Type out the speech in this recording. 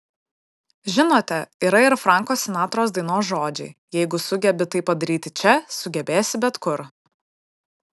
žinote yra ir franko sinatros dainos žodžiai jeigu sugebi tai padaryti čia sugebėsi bet kur